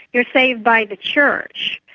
you're saved by the church,